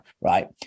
right